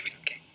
okay